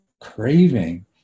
craving